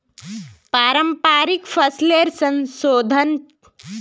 पारंपरिक फसलेर संशोधन